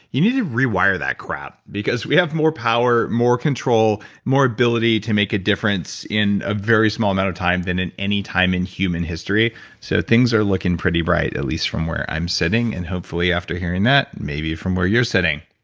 you need to rewire that crap because we have more power, more control more ability to make a difference in a very small amount of time than in any time in human history so things are looking pretty bright at least from where i'm sitting. and hopefully after hearing that, maybe from where you're sitting.